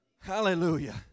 Hallelujah